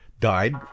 died